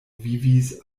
vivis